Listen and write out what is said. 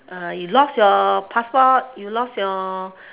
uh you lost your passport you lost your